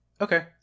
Okay